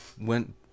went